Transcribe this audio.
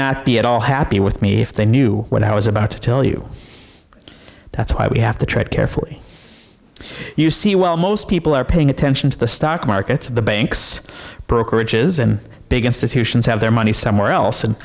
not be at all happy with me if they knew what i was about to tell you that's why we have to tread carefully you see while most people are paying attention to the stock market the banks brokerages and big institutions have their money somewhere else